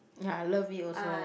ya I love it also